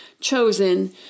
chosen